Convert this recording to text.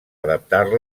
adaptar